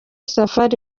safari